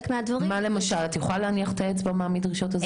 --- מה מהדברים מדרישות הזיכיון?